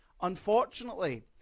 unfortunately